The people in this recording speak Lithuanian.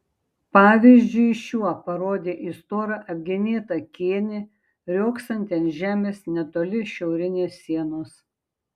pavyzdžiui šiuo parodė į storą apgenėtą kėnį riogsantį ant žemės netoli šiaurinės sienos